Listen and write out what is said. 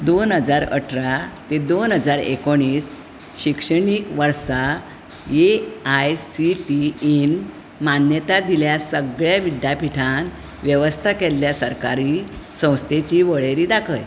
दोन हजार अठरा तें दोन हजार एकोणीस शिक्षणीक वर्सा ए आय सी टी ईन मान्यताय दिल्या सगळ्यां विद्यापीठान वेवस्था केल्ल्या सरकारी संस्थांची वळेरी दाखय